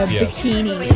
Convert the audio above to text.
bikini